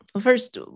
First